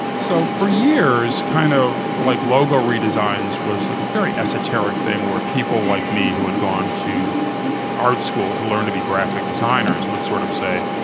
so for years kind of like logo redesigns were like a very esoteric thing where people like me who had gone to art school to learn to be graphic designers would sort of say,